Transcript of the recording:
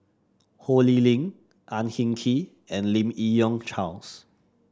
Ho Lee Ling Ang Hin Kee and Lim Yi Yong Charles